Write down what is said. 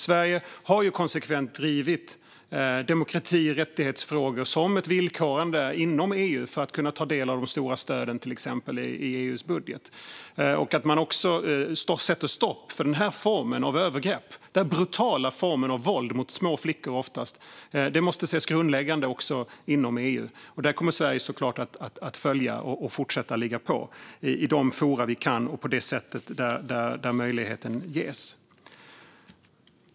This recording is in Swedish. Sverige har ju konsekvent drivit på för ett villkorande inom EU när det gäller demokrati och rättighetsfrågor för att ett land ska kunna ta del av de stora stöden i EU:s budget samt drivit på för att man ska sätta stopp för den här formen av övergrepp och denna brutala form av våld, oftast mot småflickor. Det måste ses som grundläggande också inom EU. Sverige kommer såklart att följa detta och fortsätta att ligga på i de forum vi kan och på det sätt som det ges möjlighet till.